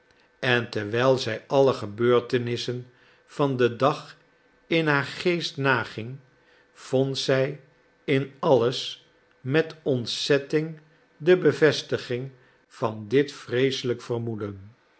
en terwijl zij alle gebeurtenissen van den dag in haar geest naging vond zij in alles met ontzetting de bevestiging van dit vreeselijk vermoeden